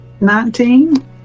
Nineteen